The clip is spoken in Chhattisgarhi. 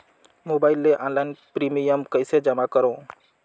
मोबाइल ले ऑनलाइन प्रिमियम कइसे जमा करों?